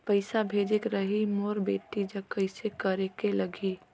पइसा भेजेक रहिस मोर बेटी जग कइसे करेके लगही?